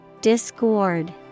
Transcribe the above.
discord